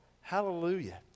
hallelujah